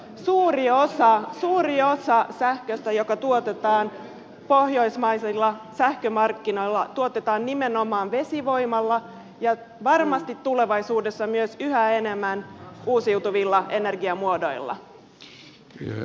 suuri osa sähköstä joka tuotetaan pohjoismaisilla sähkömarkkinoilla tuotetaan nimenomaan vesivoimalla ja varmasti tulevaisuudessa myös yhä enemmän uusiutuvilla energiamuodoilla